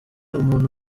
umuntu